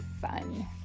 fun